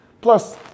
Plus